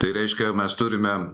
tai reiškia mes turime